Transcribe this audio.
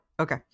Okay